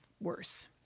worse